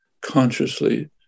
consciously